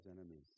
enemies